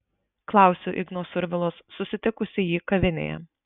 klausiu igno survilos susitikusi jį kavinėje